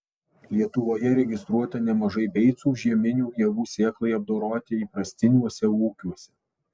lietuvoje registruota nemažai beicų žieminių javų sėklai apdoroti įprastiniuose ūkiuose